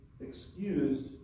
excused